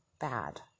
bad